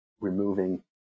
removing